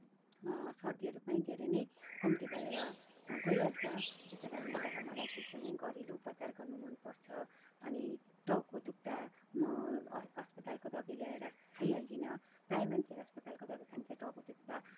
सर्दीहरू पनि धेरै नै कम्ती भएर गइहल्छ त्यसै कारणले गर्दा मलाई चाहिँ एकदमै घरेलु उपचार गर्नु मनपर्छ अनि टाउको दुख्दा म अ अस्पतालको दबाई ल्याएर खाइहाल्दिनँ प्रायः मान्छे अस्पतालको दबाई खान्छ टाउको दुख्दा